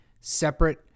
separate